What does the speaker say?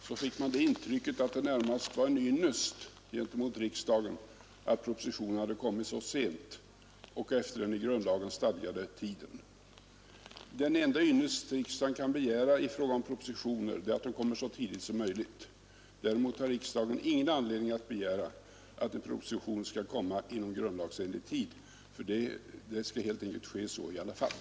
Herr talman! När man hörde statsrådet Lundkvist i hans första inlägg fick man intrycket att det närmast var en ynnest gentemot riksdagen att propositionen hade kommit så sent, efter den i grundlagen stadgade tiden. Den enda ynnest riksdagen kan begära i fråga om propositioner är att de kommer så tidigt som möjligt. Däremot har riksdagen ingen anledning att begära att en proposition skall komma inom grundlagsenlig tid. Det skall helt enkelt ske så i alla fall.